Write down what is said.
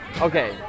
okay